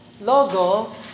logo